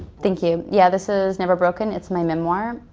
thank you. yeah, this is never broken. it's my memoirs.